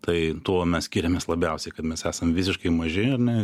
tai tuo mes skiriamės labiausiai kad mes esam visiškai maži ar ne